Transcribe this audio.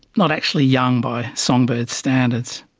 not actually young by songbird standards.